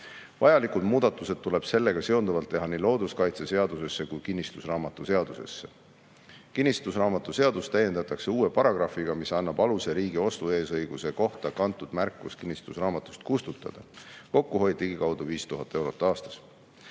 Vajalikud muudatused tuleb sellega seonduvalt teha nii looduskaitseseadusesse kui ka kinnistusraamatuseadusesse. Kinnistusraamatuseadust täiendatakse uue paragrahviga, mis annab aluse riigi ostueesõiguse kohta kantud märkus kinnistusraamatust kustutada. Kokkuhoid on ligikaudu 5000 eurot aastas.